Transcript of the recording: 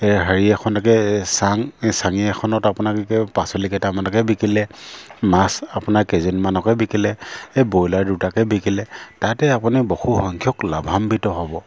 এই হেৰি এখনকে চাং এই চাঙি এখনত আপোনাৰ কি কয় পাচলিকেইটামানকে বিকিলে মাছ আপোনাৰ কেইজনীমানকে বিকিলে এই ব্ৰইলাৰ দুটাকে বিকিলে তাতে আপুনি বহুসংখ্যক লাভাম্বিত হ'ব